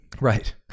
Right